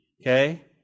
Okay